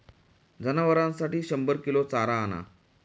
जनावरांसाठी शंभर किलो चारा आणा